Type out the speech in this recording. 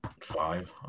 Five